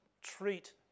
treat